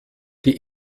die